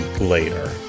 later